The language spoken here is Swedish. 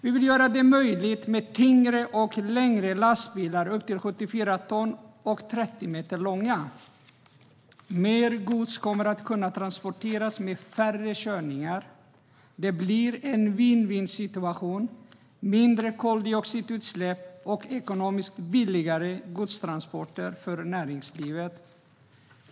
Vi vill göra det möjligt med tyngre och längre lastbilar, som kan väga upp till 74 ton och vara 30 meter långa. Mer gods kommer att kunna transporteras med färre körningar. Det blir en vinn-vinnsituation med mindre koldioxidutsläpp och billigare godstransporter för näringslivet.